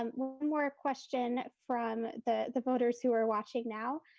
um more question from the the voters who are watching now.